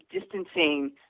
distancing